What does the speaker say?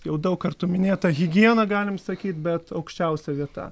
jau daug kartų minėta higiena galim sakyt bet aukščiausia vieta